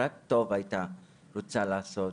רק טוב היא רצתה לעשות,